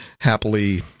happily